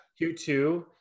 Q2